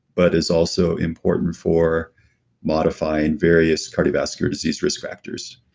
but is also important for modifying various cardiovascular disease risk factors.